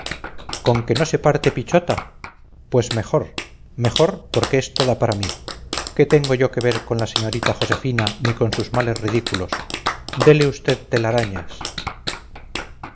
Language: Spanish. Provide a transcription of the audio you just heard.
con que no se parte pichota pues mejor mejor porque es toda para mí qué tengo yo que ver con la señorita josefina ni con sus males ridículos dele usted telarañas